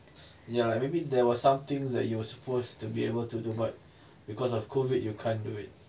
ya like maybe there was something that you're supposed to be able to do but because of COVID you can't do it